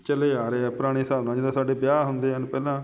ਚੱਲੇ ਆ ਰਹੇ ਆ ਪੁਰਾਣੇ ਹਿਸਾਬ ਨਾਲ ਜਿੱਦਾਂ ਸਾਡੇ ਵਿਆਹ ਹੁੰਦੇ ਹਨ ਪਹਿਲਾਂ